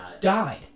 died